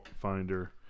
finder